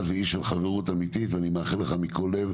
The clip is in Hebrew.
באמת מרגש להיות כאן.